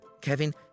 Kevin